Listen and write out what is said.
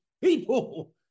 people